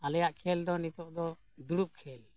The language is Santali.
ᱟᱞᱮᱭᱟᱜ ᱠᱷᱮᱞ ᱫᱚ ᱱᱤᱛᱚᱜ ᱫᱚ ᱫᱩᱲᱩᱵ ᱠᱷᱮᱞ